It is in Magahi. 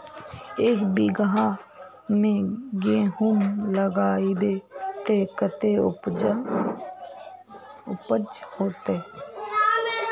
एक बिगहा में गेहूम लगाइबे ते कते उपज होते?